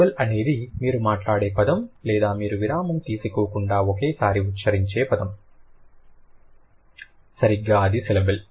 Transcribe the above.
syllable అనేది మీరు మాట్లాడే పదం లేదా మీరు విరామం తీసుకోకుండా ఒకేసారి ఉచ్చరించే పదం సరిగ్గా అది సిలబుల్